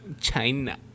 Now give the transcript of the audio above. China